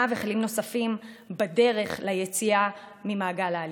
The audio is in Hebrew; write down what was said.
וכלים נוספים בדרך ליציאה ממעגל האלימות.